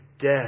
death